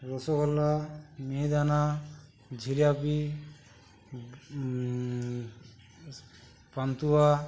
রসগোল্লা মিহিদানা জিলাপি স্ পান্তুয়া